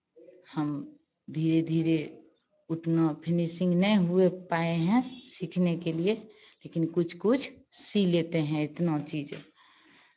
हम धीरे धीरे उतना फिनिशिंग नहीं हुए पाए हैं सीखने के लिए लेकिन कुछ कुछ सिल लेते हैं इतना चीज़